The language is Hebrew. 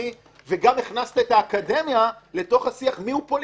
מהבין-תחומי; וגם הכנסת את האקדמיה לתוך השיח מי הוא פוליטי,